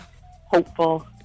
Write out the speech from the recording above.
hopeful